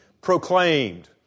proclaimed